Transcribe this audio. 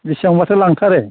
बेसेबांबाथो लांथारो